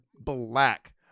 black